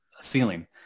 ceiling